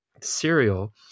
cereal